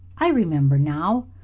i remember now.